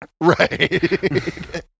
Right